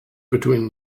between